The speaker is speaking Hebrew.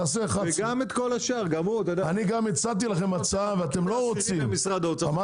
תעשה 11. גם הצעתי לכם הצעה ואתם לא רוצים כדי